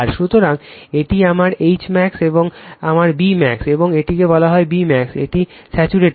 সুতরাং এটি আমার Hmax এবং এটি আমার Bmax এবং এটিকে বলা হয় Bmax এটি স্যাচুরেটেড